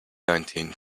nineteen